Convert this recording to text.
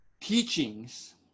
teachings